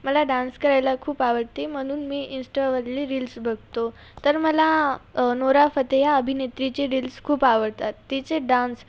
मला डान्स करायला खूप आवडते म्हणून मी इंस्टावरली रील्स बघतो तर मला नूरा फतेह अभिनेत्रीची रील्स खूप आवडतात तिचे डान्स